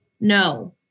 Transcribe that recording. No